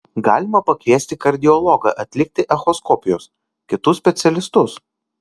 galima pakviesti kardiologą atlikti echoskopijos kitus specialistus